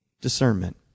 discernment